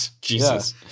Jesus